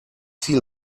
viel